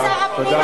אתה היית שר הפנים,